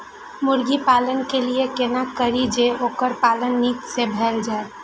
मुर्गी पालन के लिए केना करी जे वोकर पालन नीक से भेल जाय?